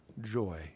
joy